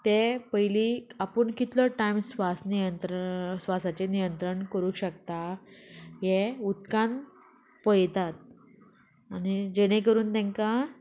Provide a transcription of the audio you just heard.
ते पयलीक आपूण कितलो टायम स्वास नियंत्र स्वासाचें नियंत्रण करूक शकता हें उदकान पयतात आनी जेणे करून तेंकां